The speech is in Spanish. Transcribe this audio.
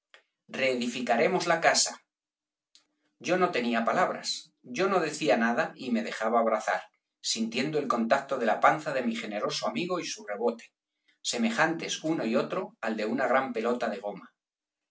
reedificaremos la casa yo no tenía palabras yo no decía nada y me dejaba abrazar sintiendo el contacto de la panza de mi generoso amigo y su rebote semejantes uno y otro al de una gran pelota de goma